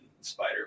Spider